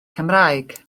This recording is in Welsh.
cymraeg